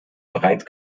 breit